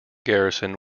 garrison